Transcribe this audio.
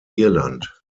irland